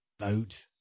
vote